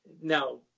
now